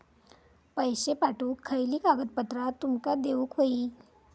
पैशे पाठवुक खयली कागदपत्रा तुमका देऊक व्हयी?